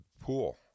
pool